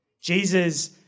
Jesus